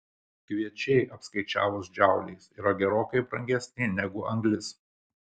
kviečiai apskaičiavus džauliais yra gerokai brangesni negu anglis